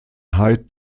high